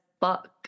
fuck